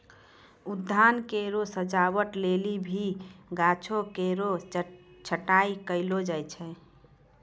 उद्यान केरो सजावट लेलि भी गाछो केरो छटाई कयलो जाय छै